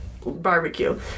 barbecue